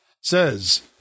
says